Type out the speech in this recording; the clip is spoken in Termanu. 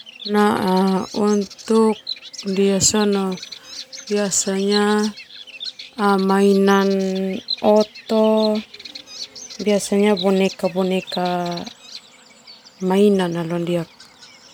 Untuk ndia sona biasanya mainan oto, biasanya boneka-boneka mainan nala.